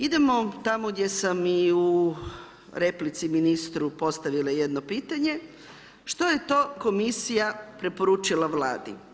Idemo tamo gdje sam i u replici ministru postavila jedno pitanje, što je to komisija preporučila Vladi?